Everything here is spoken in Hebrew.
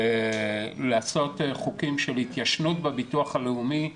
לעשות חוקים של התיישנות בביטוח הלאומי,